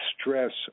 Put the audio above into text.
stress